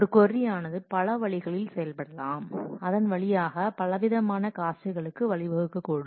ஒரு கொர்ரி ஆனது பல வழிகளில் செயல்படலாம் அதன் வழியாக பலவிதமான காஸ்ட்களுக்கு வழிவகுக்கக் கூடும்